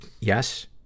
Yes